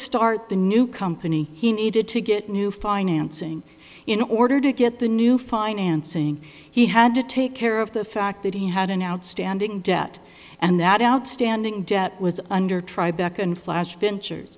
start the new company he needed to get new financing in order to get the new financing he had to take care of the fact that he had an outstanding debt and that outstanding debt was under tri beck and flash venture